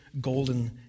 golden